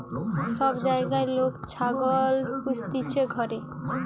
সব জাগায় লোক ছাগল পুস্তিছে ঘর